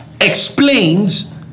explains